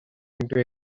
into